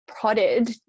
prodded